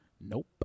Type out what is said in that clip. Nope